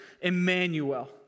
Emmanuel